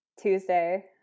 Tuesday